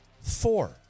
Four